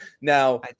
Now